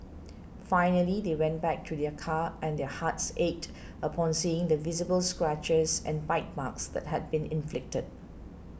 finally they went back to their car and their hearts ached upon seeing the visible scratches and bite marks that had been inflicted